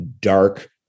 dark